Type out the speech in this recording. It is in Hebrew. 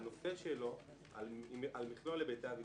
על מכלול היבטיו,